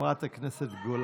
חברת הכנסת גולן,